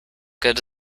good